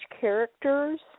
characters